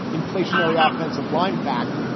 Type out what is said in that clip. inflationary ah offensive line fact.